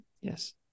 Yes